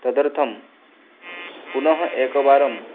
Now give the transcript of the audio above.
तदर्थं पुनः एकवारं